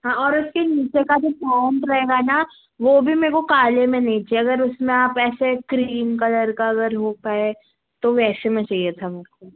हाँ और उसके नीचे का जो पैंट रहेगा न वह भी मेरे को काले में नही चाहिये अगर उसमें आप ऐसे क्रीम कलर का अगर हो पाए तो वैसे में चाहिये था मेरे को